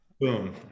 Boom